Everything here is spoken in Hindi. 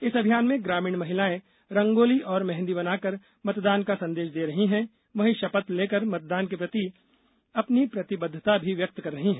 इस अभियान में ग्रामीण महिलाएं रंगोली और मेंहदी बनाकर मतदान का संदेश दे रहीं है वहीं शपथ लेकर मतदान के प्रति अपनी प्रतिबद्वता भी व्यक्त कर रही हैं